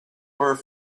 are